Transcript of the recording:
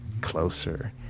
closer